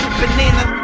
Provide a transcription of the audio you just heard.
banana